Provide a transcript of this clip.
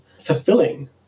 fulfilling